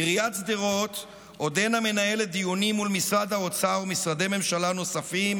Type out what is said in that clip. עיריית שדרות עודנה מנהלת דיונים מול משרד האוצר ומשרדי ממשלה נוספים